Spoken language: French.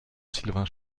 sylvain